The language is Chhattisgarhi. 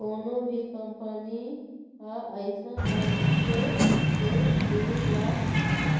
कोनो भी कंपनी ह अइसन मनखे के सिविल ल